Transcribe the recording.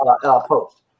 post